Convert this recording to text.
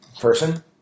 Person